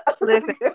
Listen